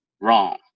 wrong